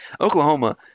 Oklahoma